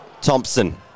Thompson